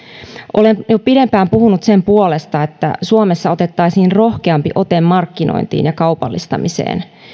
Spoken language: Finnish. olen jo pidempään puhunut sen puolesta että suomessa otettaisiin rohkeampi ote markkinointiin ja kaupallistamiseen